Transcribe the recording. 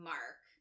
Mark